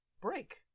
break